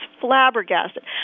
flabbergasted